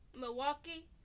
Milwaukee